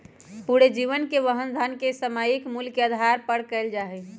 पूरे जीवन के वहन धन के सामयिक मूल्य के आधार पर कइल जा हई